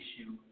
issue